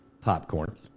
popcorn